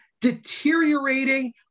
deteriorating